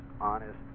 honest